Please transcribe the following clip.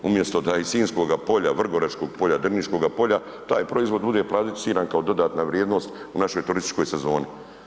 Umjesto da iz Sinjskoga polja, Vrgoračkog polja, Drniškoga polja taj proizvod bude plasiran kao dodatna vrijednost u našoj turističkoj sezoni.